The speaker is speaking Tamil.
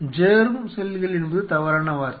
ஜெர்ம் செல்கள் என்பது தவறான வார்த்தை